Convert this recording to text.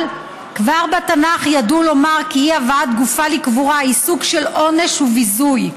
כבר בתנ"ך ידעו לומר כי אי-הבאת גופה לקבורה הוא סוג של עונש וביזוי,